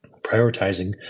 Prioritizing